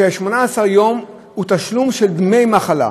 18 יום זה תשלום של דמי מחלה.